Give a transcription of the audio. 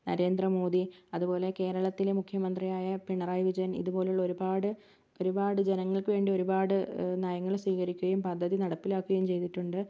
നരേന്ദ്രമോദി അതുപോലെ കേരളത്തിലെ മുഖ്യമന്ത്രി ആയ പിണറായി വിജയൻ ഇത് പോലുള്ള ഒരുപാട് ഒരുപാട് ജനങ്ങൾക്ക് വേണ്ടി ഒരുപാട് നയങ്ങൾ സ്വീകരിക്കുകയും പദ്ധതി നടപ്പിലാക്കുകയും ചെയ്തിട്ടുണ്ട്